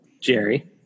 Jerry